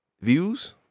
views